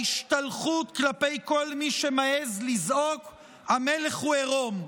ההשתלחות כלפי כל מי שמעז לזעוק "המלך הוא עירום".